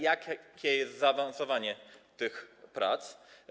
Jakie jest zaawansowanie tych prac?